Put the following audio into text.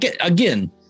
again